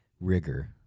Rigor